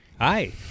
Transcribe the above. Hi